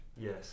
Yes